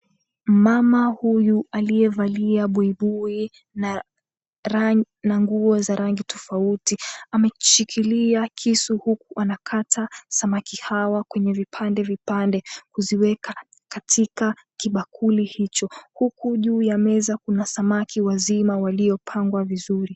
Mama huyu aliyevalia buibui na rangi na nguo za rangi tofauti amekishikilia kisu huku anakata samaki hawa kwenye vipande vipande kuziweka katika kibakuli hicho huku juu ya meza kuna samaki wazima waliopangwa vizuri.